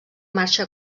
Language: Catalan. marxa